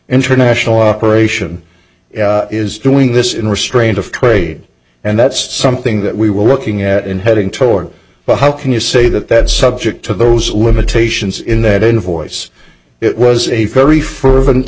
international operation is doing this in restraint of trade and that's something that we were looking at and heading toward but how can you say that that subject to those limitations in that invoice it was a fairy f